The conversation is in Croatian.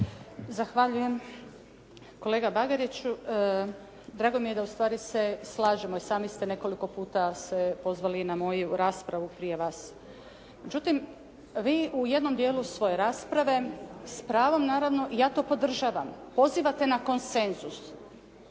Zahvaljujem. Kolega Bagariću, drago mi je da ustvari se slažemo. I sami ste nekoliko puta se pozvali na moju raspravu prije vas. Međutim, vi u jednom dijelu svoje rasprave s pravom naravno i ja to podržavam pozivate na konsenzus